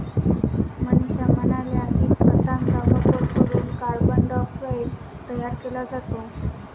मनीषा म्हणाल्या की, खतांचा वापर करून कार्बन डायऑक्साईड तयार केला जातो